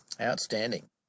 Outstanding